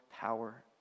power